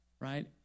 Right